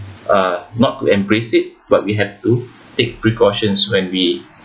uh not to embrace it but we have to take precautions when we